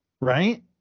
right